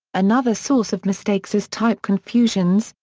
another source of mistakes is type confusions,